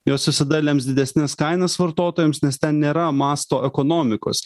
jos visada lems didesnes kainas vartotojams nes ten nėra masto ekonomikos